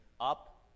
up